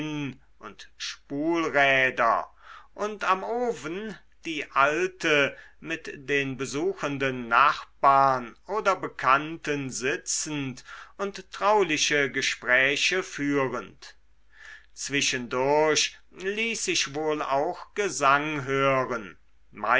und spulräder und am ofen die alten mit den besuchenden nachbarn oder bekannten sitzend und trauliche gespräche führend zwischendurch ließ sich wohl auch gesang hören